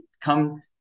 come